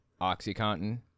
OxyContin